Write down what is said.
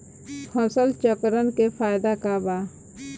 फसल चक्रण के फायदा का बा?